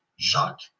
Jacques